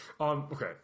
okay